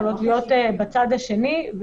יכולות להיות בצד השני.